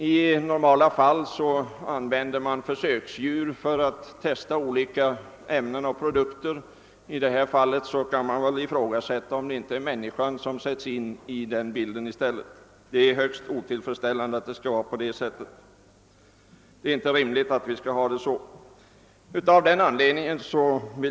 I normala fall testar man olika ämnen och produkter på försöksdjur, men i detta fall kan vi ifrågasätta, om inte försöken görs på människan. Det är inte rimligt att det skall vara på det sättet.